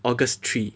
August three